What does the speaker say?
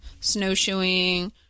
snowshoeing